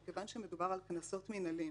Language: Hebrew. שמכיוון שמדובר על קנסות מינהליים,